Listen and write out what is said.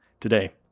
today